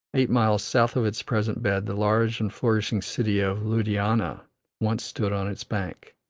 eight miles south of its present bed the large and flourishing city of ludhiana once stood on its bank.